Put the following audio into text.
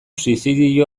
suizidio